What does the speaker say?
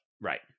right